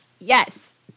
yes